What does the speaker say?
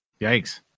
Yikes